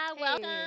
Welcome